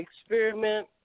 experiment